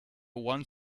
one